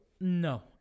No